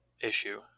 issue